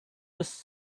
this